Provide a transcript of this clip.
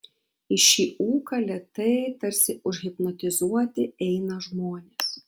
į šį ūką lėtai tarsi užhipnotizuoti eina žmonės